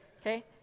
okay